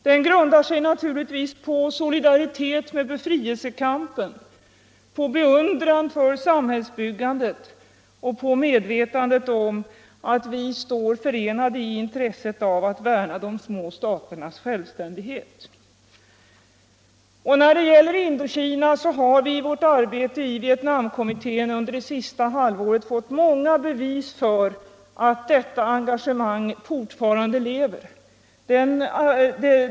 Den grundar sig på solidaritet med befrielsekampen, på beundran för samhällsbyggandet och på medvetandet om att vi står förenade i intresset av att värna de små staternas självständighet. I vårt arbete i Vietnamkommittén har vi under det senaste halvåret fått många bevis för att detta engagemang fortfarande lever.